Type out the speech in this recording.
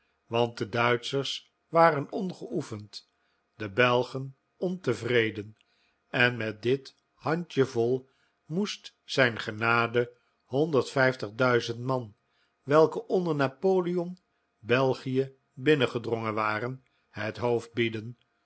want de duitschers waren ongeoefend de belgen ontevreden en met dit handjevol moest zijn genade honderdvijftig duizend man welke onder napoleon belgie binnengedrongen waren het hoofd bieden